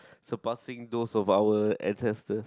surpassing those of our ancestors